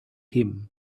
him